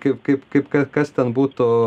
kaip kaip kaip kas ten būtų